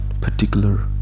particular